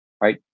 Right